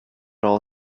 all